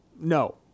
No